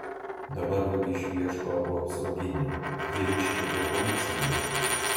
dabar vagišių ieško abu apsauginiai jie iškvietė policiją